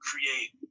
create